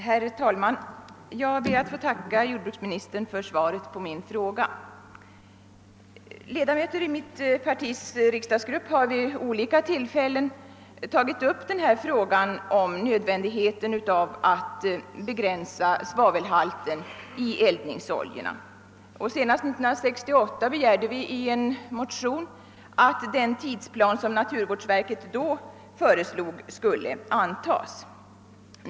Herr talman! Jag ber att få tacka jordbruksministern för svaret på min fråga. Ledamöter av mitt partis riksdagsgrupp har vid olika tillfällen tagit upp frågan om nödvändigheten av att begränsa svavelhalten i eldningsoljorna. Senast 1968 begärde vi i en motion att den tidsplan som naturvårdsverket då föreslog skulle antas.